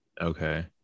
okay